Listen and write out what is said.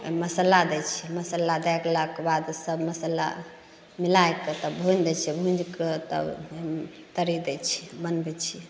ओहिमे मसल्ला दै छिए मसल्ला दै देलाके बाद सब मसल्ला मिलैके तऽ भुजि दै छिए भुजिके तब परसि दै छिए बनबै छिए